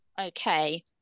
Okay